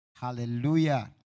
Hallelujah